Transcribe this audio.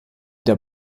der